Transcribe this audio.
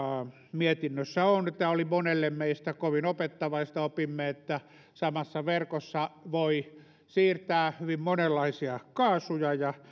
mietinnössä on tämä oli monelle meistä kovin opettavaista opimme että samassa verkossa voi siirtää hyvin monenlaisia kaasuja ja